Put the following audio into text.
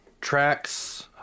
tracks